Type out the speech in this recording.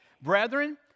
Brethren